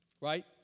Right